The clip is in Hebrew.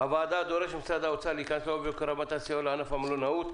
הוועדה דורשת ממשרד האוצר להיכנס בעובי הקורה של ענף המלונאות.